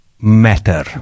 matter